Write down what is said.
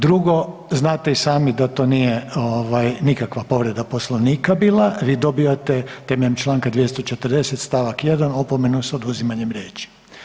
Drugo, znate i sami da to nije nikakva povreda Poslovnika bila, vi dobivate temeljem čl. 240. st. 1. opomenu s oduzimanjem riječi.